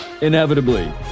inevitably